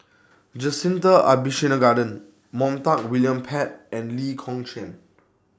Jacintha Abisheganaden Montague William Pett and Lee Kong Chian